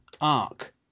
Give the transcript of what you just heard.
Arc